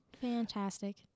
fantastic